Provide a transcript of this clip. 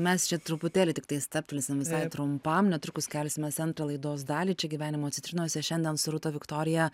mes čia truputėlį tiktai stabtelsim visai trumpam netrukus kelsimės į antrą laidos dalį čia gyvenimo citrinose šiandien su rūta viktorija